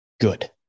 Good